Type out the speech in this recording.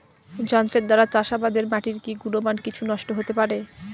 যন্ত্রের দ্বারা চাষাবাদে মাটির কি গুণমান কিছু নষ্ট হতে পারে?